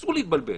אסור להתבלבל.